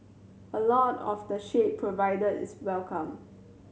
a lot of the shade provided is welcome